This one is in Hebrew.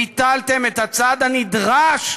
ביטלתם את הצעד הנדרש,